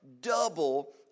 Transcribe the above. double